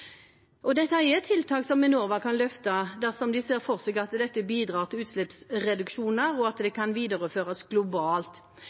tilgjengelig. Dette er tiltak som Enova kan løfte dersom de ser for seg at dette bidrar til utslippsreduksjoner, og at